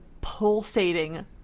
pulsating